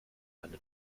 eine